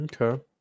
Okay